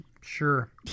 Sure